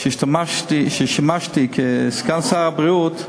כששימשתי סגן שר הבריאות,